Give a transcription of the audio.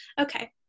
Okay